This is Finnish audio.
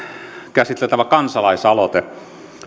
käsiteltävä kansalaisaloite